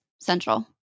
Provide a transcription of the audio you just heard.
central